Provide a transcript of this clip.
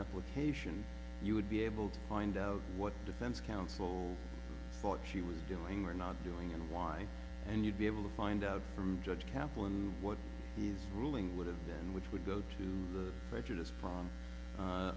application you would be able to find out what defense counsel thought she was doing or not doing and why and you'd be able to find out from judge kaplan what he's ruling would have and which would go to the prejudice from